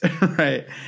right